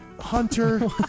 Hunter